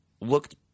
looked